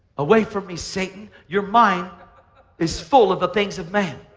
away from me, satan. your mind is full of the things of man.